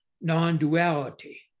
non-duality